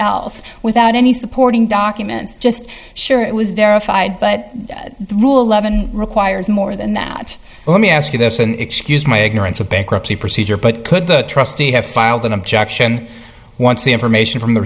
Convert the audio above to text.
else without any supporting documents just sure it was verified but rule eleven requires more than that let me ask you this and excuse my ignorance of bankruptcy procedure but could the trustee have filed an objection once the information from the